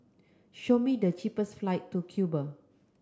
show me the cheapest flight to Cuba